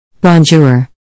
Bonjour